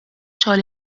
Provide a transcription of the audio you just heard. xogħol